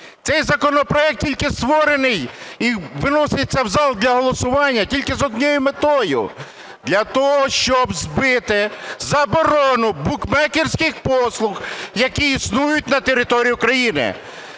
Цей законопроект тільки створений і виноситься в зал для голосування тільки з однією метою – для того, щоб збити заборону букмекерських послуг, які існують на території України.